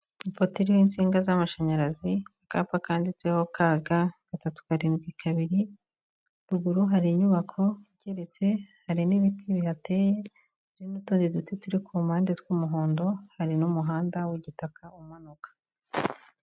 Ipoteri iriho insinga z'amashanyarazi, akapa kanditseho KK372. Ruguru hari inyubako igeretse hari n'ibiti bihateye n'utundi duti turi ku mpande tw'umuhondo, hari n'umuhanda w'igitaka umanuka.